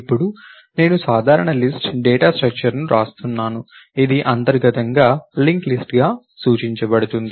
ఇప్పుడు నేను సాధారణ లిస్ట్ డేటా స్ట్రక్చర్ ని వ్రాస్తున్నాను ఇది అంతర్గతంగా లింక్ లిస్ట్ గా సూచించబడుతుంది